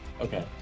Okay